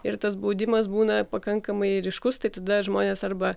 ir tas baudimas būna pakankamai ryškus tai tada žmonės arba